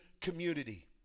community